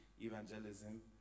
evangelism